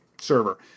server